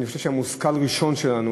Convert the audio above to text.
אני חושב שהמושכל הראשון שלנו,